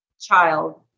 child